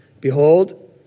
Behold